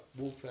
Wolfpack